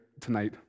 tonight